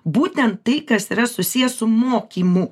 būtent tai kas yra susiję su mokymu